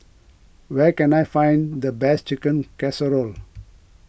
where can I find the best Chicken Casserole